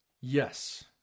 Yes